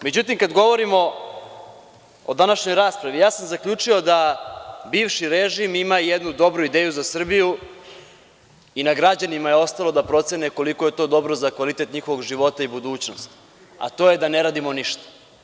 Međutim, kada govorimo o današnjoj raspravi ja sam zaključio da bivši režim ima jednu dobru ideju za Srbiju i na građanima je ostalo da procene koliko je to dobro za kvalitet njihovog života i budućnost, a to je da ne radimo ništa.